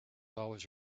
always